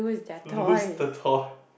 lose the toy